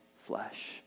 flesh